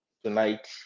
Tonight